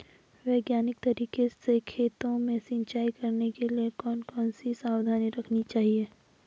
वैज्ञानिक तरीके से खेतों में सिंचाई करने के लिए कौन कौन सी सावधानी रखनी चाहिए?